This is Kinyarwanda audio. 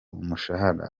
umushahara